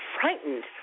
frightened